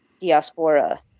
diaspora